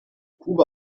kuba